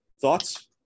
Thoughts